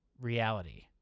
reality